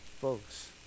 Folks